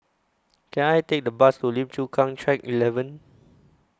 Can I Take A Bus to Lim Chu Kang Track eleven